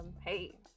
hey